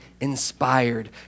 inspired